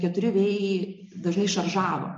keturi vėjai dažnai šaržavo